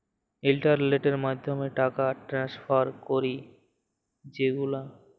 ইলটারলেটের মাধ্যমে টাকা টেনেসফার ক্যরি যে গুলা